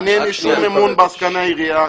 אין לי שום אמון בעסקני העירייה.